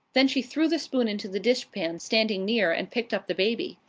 then she threw the spoon into the dishpan standing near and picked up the baby.